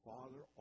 Father